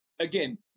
Again